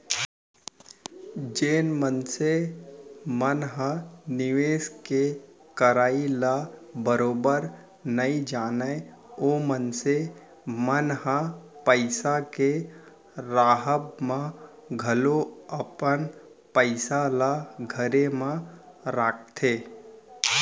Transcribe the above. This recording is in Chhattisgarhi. जेन मनसे मन ह निवेस के करई ल बरोबर नइ जानय ओ मनसे मन ह पइसा के राहब म घलौ अपन पइसा ल घरे म राखथे